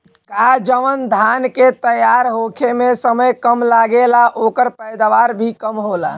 का जवन धान के तैयार होखे में समय कम लागेला ओकर पैदवार भी कम होला?